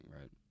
right